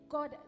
God